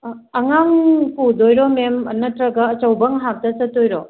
ꯑꯉꯥꯡ ꯄꯨꯗꯣꯏꯔꯣ ꯃꯦꯝ ꯅꯠꯇ꯭ꯔꯒ ꯑꯆꯧꯕ ꯉꯥꯛꯇ ꯆꯠꯇꯣꯏꯔꯣ